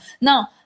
Now